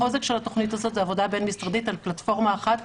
החוזק של התוכנית הזאת היא עבודה בין-משרדית על פלטפורמה אחת,